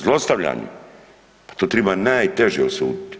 Zlostavljanje, pa to treba nateže osuditi.